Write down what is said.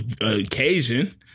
occasion